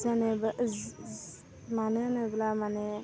जेन'बा जि जि मानो होनोब्ला मानि